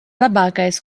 labākais